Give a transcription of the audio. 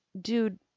dude